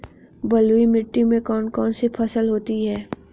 बलुई मिट्टी में कौन कौन सी फसल होती हैं?